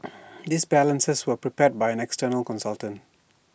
these balances were prepared by an external consultant